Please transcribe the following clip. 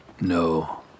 No